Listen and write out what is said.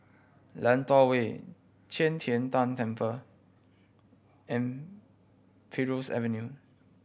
Lentor Way Qi Tian Tan Temple and Primrose Avenue